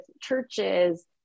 churches